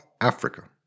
Africa